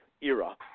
era